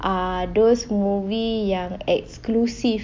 ah those movie yang exclusive